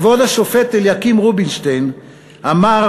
כבוד השופט אליקים רובינשטיין אמר